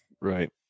Right